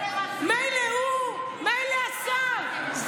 מילא הוא, מילא השר.